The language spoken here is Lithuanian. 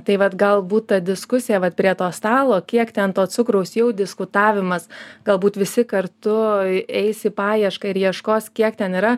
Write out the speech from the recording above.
tai vat galbūt ta diskusija vat prie to stalo kiek ten to cukraus jau diskutavimas galbūt visi kartu eis į paiešką ir ieškos kiek ten yra